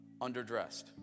underdressed